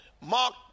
Mark